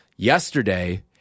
Yesterday